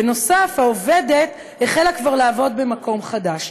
בנוסף, העובדת החלה כבר לעבוד במקום חדש.